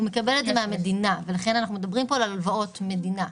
הוא מקבל את זה מהמדינה ולכן אנחנו מדברים פה על הלוואות מדינה.